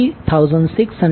33660 14